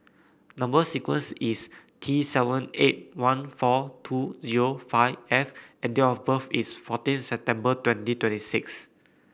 number sequence is T seven eight one four two zero five F and date of birth is fourteen September twenty twenty six